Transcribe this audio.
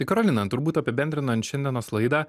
tai karolina turbūt apibendrinant šiandienos laidą